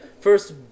first